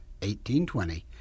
1820